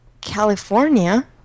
California